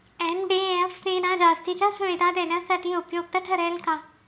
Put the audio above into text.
NBFC ना जास्तीच्या सुविधा देण्यासाठी उपयुक्त ठरेल का?